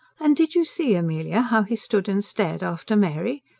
and did you see, amelia, how he stood and stared after mary?